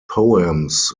poems